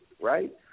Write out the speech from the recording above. right